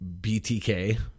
btk